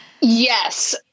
yes